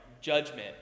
judgment